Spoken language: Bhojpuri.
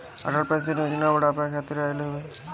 अटल पेंशन योजना बुढ़ापा खातिर आईल हवे